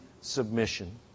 submission